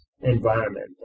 environment